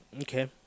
Okay